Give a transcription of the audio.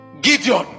Gideon